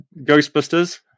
Ghostbusters